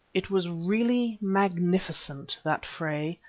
it was really magnificent, that fray.